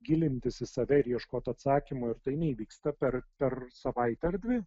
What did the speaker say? gilintis į save ir ieškot atsakymų ir tai neįvyksta per per savaitę ar dvi